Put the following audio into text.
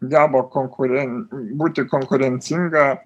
geba konkuren būti konkurencinga